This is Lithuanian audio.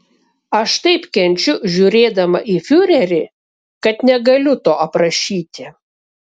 aš taip kenčiu žiūrėdama į fiurerį kad negaliu to aprašyti